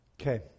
Okay